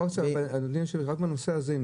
אדוני היושב ראש, עוד בנושא הזה.